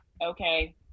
Okay